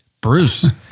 Bruce